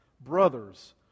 Brothers